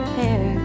hair